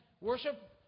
worship